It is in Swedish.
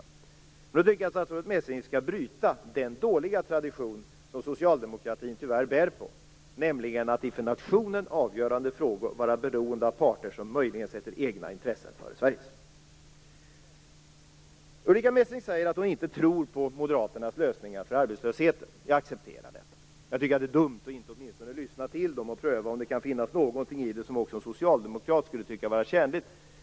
Om det är så tycker jag att statsrådet Messing skall bryta den dåliga tradition som Socialdemokraterna tyvärr bär på, nämligen att man i för nationen avgörande frågor är beroende av parter som möjligen sätter egna intressen före Sveriges. Ulrica Messing säger att hon inte tror på Moderaternas lösningar när det gäller arbetslösheten. Jag accepterar det. Jag tycker att det är dumt att man inte åtminstone lyssnar till dem och prövar om det finns någonting i dem som också en socialdemokrat kan tycka är tjänligt.